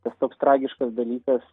tas toks tragiškas dalykas